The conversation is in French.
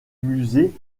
musée